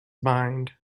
mind